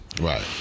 right